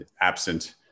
absent